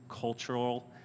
cultural